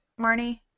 Marnie